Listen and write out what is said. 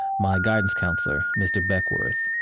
my guidance counselor, mr. beckworth,